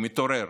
הוא מתעורר